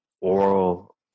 oral